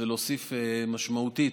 שזה להוסיף משמעותית,